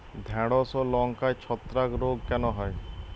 ঢ্যেড়স ও লঙ্কায় ছত্রাক রোগ কেন হয়?